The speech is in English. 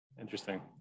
interesting